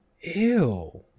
Ew